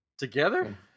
Together